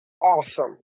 awesome